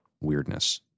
weirdness